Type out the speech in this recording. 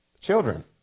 Children